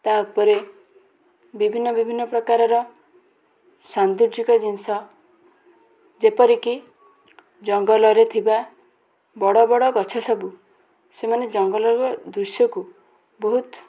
ତା'ଉପରେ ବିଭିନ୍ନ ବିଭିନ୍ନ ପ୍ରକାରର ସୌନ୍ଦର୍ଯ୍ୟକ ଜିନିଷ ଯେପରିକି ଜଙ୍ଗଲରେ ଥିବା ବଡ଼ ବଡ଼ ଗଛ ସବୁ ସେମାନେ ଜଙ୍ଗଲର ଦୃଶ୍ୟକୁ ବହୁତ